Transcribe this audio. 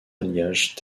alliages